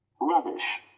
Rubbish